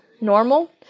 normal